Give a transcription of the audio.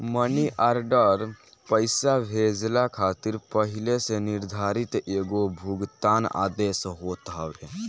मनी order पईसा भेजला खातिर पहिले से निर्धारित एगो भुगतान आदेश होत हवे